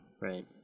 Right